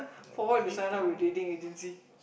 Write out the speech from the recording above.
for what you sign up with dating agency